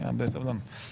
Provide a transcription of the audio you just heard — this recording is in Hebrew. ביטחון המדינה פחות